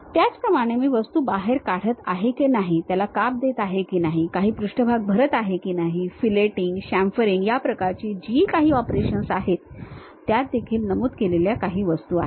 त्याचप्रमाणे मी वस्तू बाहेर काढत आहे की नाही त्याला काप देत आहे की नाही काही पृष्ठभाग भरत आहे की नाही फिलेटिंग शामफरिंग या प्रकारची जी काही ऑपरेशन्स आहेत त्यात देखील नमूद केलेल्या काही वस्तू आहेत